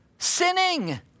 sinning